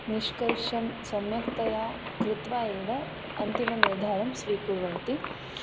निष्कर्षं सम्यक्तया कृत्वा एव अन्तिमनिर्धारं स्वीकुर्वन्ति